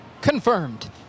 Confirmed